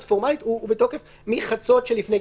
אז פורמלית הוא בתוקף מחצות שלפני,